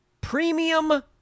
Premium